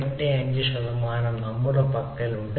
385 ശതമാനം നമ്മുടെ പക്കലുണ്ട്